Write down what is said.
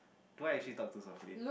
do I actually talk too softly